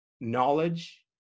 knowledge